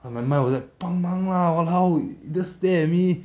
and my mind was like 帮忙啦 !walao! just stare at me